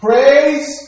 Praise